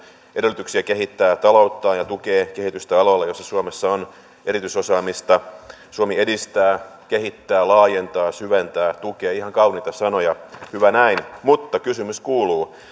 edellytyksiä kehittää talouttaan ja tukee kehitystä aloilla joilla suomessa on erityisosaamista suomi edistää kehittää laajentaa syventää tukee ihan kauniita sanoja hyvä näin mutta kysymys kuuluu